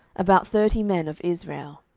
about thirty men of israel.